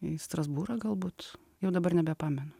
į strasbūrą galbūt jau dabar nebepamenu